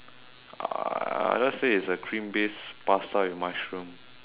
uh I'll just say it's a cream based pasta with mushroom